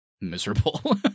miserable